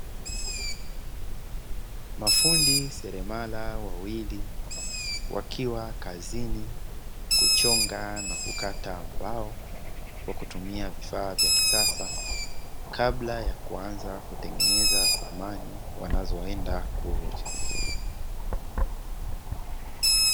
Mafundi seremala wawili, wakiwa kazini kuchonga na kukata mbao kwa kutumia vifaa vya kisasa; kabla ya kuanza kutengeneza samani wanazoenda kuuza.